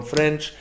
French